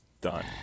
done